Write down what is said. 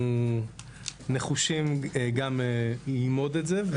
אנחנו נחושים גם ללמוד את זה.